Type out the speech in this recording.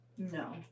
No